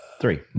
Three